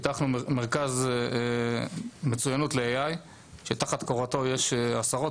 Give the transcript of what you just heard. פיתחנו מרכז מצוינות ל- AIשתחת קורתו יש עשרות